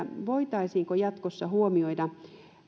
voitaisiinko jatkossa huomioida